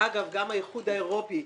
שאגב גם האיחוד האירופי,